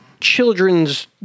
children's